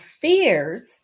fears